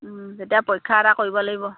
তেতিয়া পৰীক্ষা এটা কৰিব লাগিব